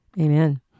Amen